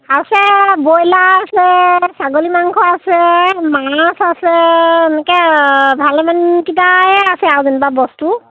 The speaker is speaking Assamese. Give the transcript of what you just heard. আছে ব্ৰইলাৰ আছে ছাগলী মাংস আছে মাছ আছে এনেকৈ ভালেমানকেইটাই আছে আৰু যেনিবা বস্তু